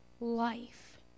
life